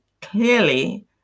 clearly